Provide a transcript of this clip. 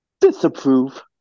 Disapprove